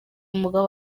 mugabo